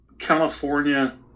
California